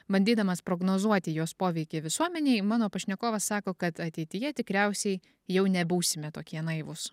bandydamas prognozuoti jos poveikį visuomenei mano pašnekovas sako kad ateityje tikriausiai jau nebūsime tokie naivūs